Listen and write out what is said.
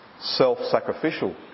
self-sacrificial